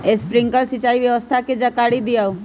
Sprinkler सिंचाई व्यवस्था के जाकारी दिऔ?